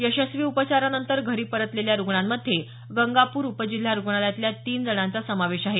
यशस्वी उपचारानंतर घरी परतलेल्या रूग्णांमध्ये गंगापूर उपजिल्हा रुग्णालयातल्या तीन जणांचा समावेश आहे